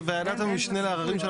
וזה שעמדת הממשלה הראשונית הייתה זה,